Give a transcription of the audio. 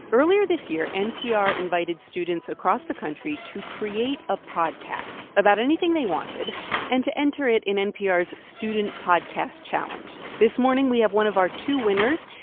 earlier this year, npr invited students across the country to create a podcast about anything they wanted and to enter it in npr's student podcast challenge. this morning, we have one of our two winners.